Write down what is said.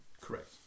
Correct